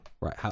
right